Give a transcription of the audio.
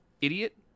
Idiot